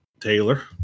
Taylor